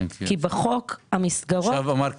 כן, בכל נושא יש הקשר מסוים, בוחנים פרטנית.